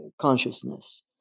consciousness